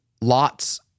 Lot's